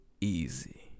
Easy